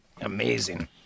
amazing